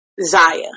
Zaya